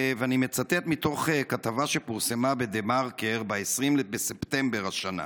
ואני מצטט מתוך כתבה שפורסמה בדה-מרקר ב-20 בספטמבר השנה,